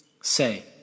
Say